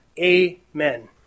Amen